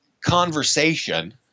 conversation